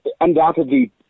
undoubtedly